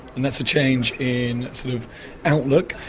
and that's a change in sort of outlook.